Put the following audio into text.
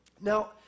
Now